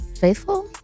faithful